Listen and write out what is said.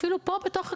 אפילו פה בתוך הכנסת,